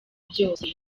byose